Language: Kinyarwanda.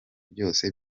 byose